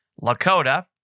Lakota